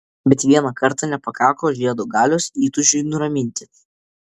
bet vieną kartą nepakako žiedo galios įtūžiui nuraminti